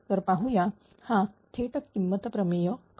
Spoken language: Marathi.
तर पाहूया हा थेट किंमत प्रमेय कसा